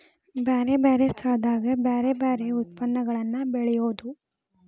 ಬ್ಯಾರೆ ಬ್ಯಾರೆ ಸ್ಥಳದಾಗ ಬ್ಯಾರೆ ಬ್ಯಾರೆ ಯತ್ಪನ್ನಗಳನ್ನ ಬೆಳೆಯುದು